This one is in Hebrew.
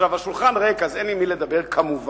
עכשיו השולחן ריק, אז אין עם מי לדבר, כמובן,